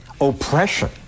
oppression